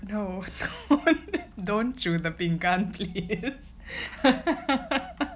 no no don't 煮 the 饼干